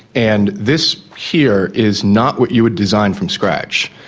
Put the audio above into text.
and this here is not what you would design from scratch.